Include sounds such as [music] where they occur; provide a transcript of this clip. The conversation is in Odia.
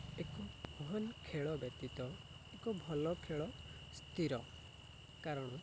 ଏକ [unintelligible] ଖେଳ ବ୍ୟତୀତ ଏକ ଭଲ ଖେଳ ସ୍ଥିର କାରଣ